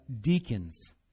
deacons